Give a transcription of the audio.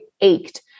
ached